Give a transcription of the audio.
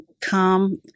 come